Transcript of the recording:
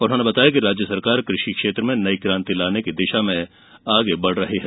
उन्होंने बताया कि राज्य सरकार कृषि क्षेत्र में नई क्रांति लाने की दिशा में आगे बढ़ रही है